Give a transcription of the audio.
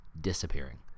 disappearing